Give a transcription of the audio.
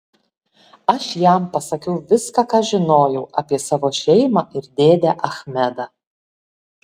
aš jam pasakiau viską ką žinojau apie savo šeimą ir dėdę achmedą